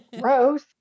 Gross